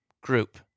group